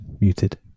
Muted